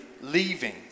leaving